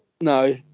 no